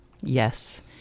Yes